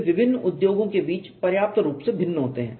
वे विभिन्न उद्योगों के बीच पर्याप्त रूप से भिन्न होते हैं